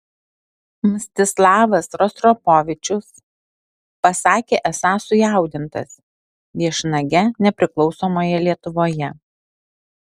mstislavas rostropovičius pasakė esąs sujaudintas viešnage nepriklausomoje lietuvoje